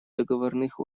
договорных